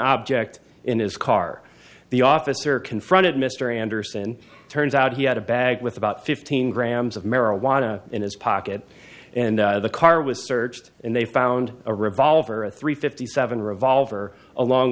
object in his car the officer confronted mr anderson turns out he had a bag with about fifteen grams of marijuana in his pocket and the car was searched and they found a revolver a three fifty seven revolver along